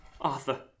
Arthur